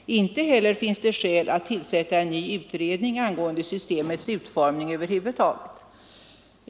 Inte heller fanns det skäl, ansåg man, att tillsätta en ny utredning angående systemets utformning över huvud taget.